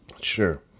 Sure